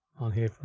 on here for